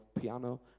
piano